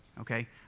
Okay